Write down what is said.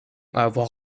avoir